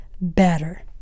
better